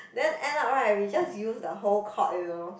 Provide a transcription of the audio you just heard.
then end up right we just use the whole court you know